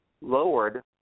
lowered